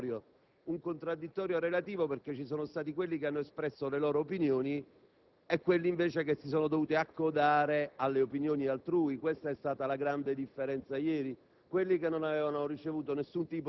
in Giunta c'è stato il contraddittorio; un contraddittorio relativo, però, perché ci sono stati coloro che hanno espresso le proprie opinioni e coloro che si sono dovuti accodare alle opinioni altrui. Questa è stata la grande differenza ieri: